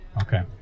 Okay